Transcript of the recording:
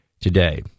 today